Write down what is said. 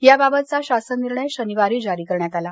याबाबतचा शासन निर्णय शनिवारी जारी करण्यात आला